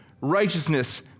righteousness